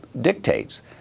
dictates